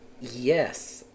Yes